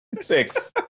six